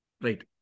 Right